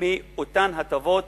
מאותן הטבות